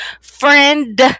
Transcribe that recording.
friend